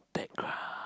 background